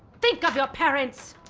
think of your parents.